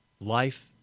Life